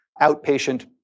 outpatient